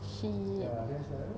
shit